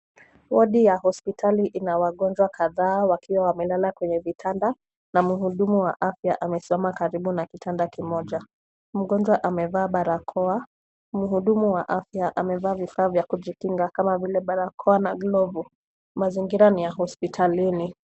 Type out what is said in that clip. Wodi ya hospitali ina wagonjwa kadhaa wakiwa wamelala kwenye vitanda na mhudumu wa afya amesimama karibu na kitanda kimoja. Mgonjwa amevaa barakoa. Mhudumu wa afya amevaa vifaa vya kujikinga kama vile barakoa na glovu. Mazingira ni ya hospitalini.